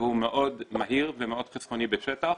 שהוא מאוד מהיר ומאוד חסכוני בשטח,